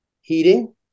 Heating